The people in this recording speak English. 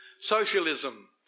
socialism